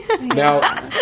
Now